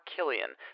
Killian